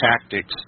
tactics